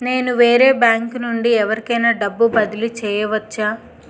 నేను వేరే బ్యాంకు నుండి ఎవరికైనా డబ్బు బదిలీ చేయవచ్చా?